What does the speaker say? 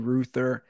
Ruther